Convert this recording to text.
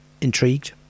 Intrigued